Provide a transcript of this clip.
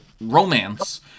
romance